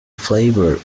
flavor